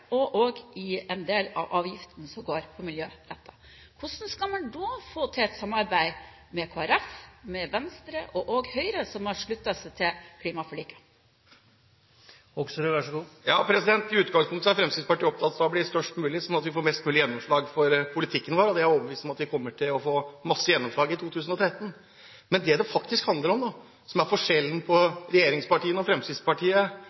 og også i en del av de miljørettede avgiftene. Hvordan skal man da få til et samarbeid med Kristelig Folkeparti, Venstre og også Høyre, som har sluttet seg til klimaforliket? I utgangspunktet er Fremskrittspartiet opptatt av å bli størst mulig, slik at vi får mest mulig gjennomslag for politikken vår. Jeg er overbevist om at vi får masse gjennomslag i 2013. Det som det faktisk handler om, og som er forskjellen på regjeringspartiene og Fremskrittspartiet,